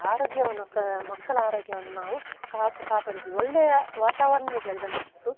ಆರೋಗ್ಯವನ್ನು ಕ ಮಕ್ಕಳ ಆರೋಗ್ಯವನ್ನು ನಾವು ಕಾಪಾಡಬೇಕು ಒಳ್ಳೆಯ ವಾತಾವರಣದಲ್ಲಿ ಬೆಳ್ದ ಮಕ್ಕಳು